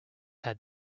had